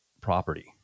property